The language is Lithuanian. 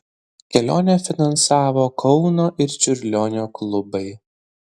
kelionę finansavo kauno ir čiurlionio klubai